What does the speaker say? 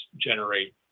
generate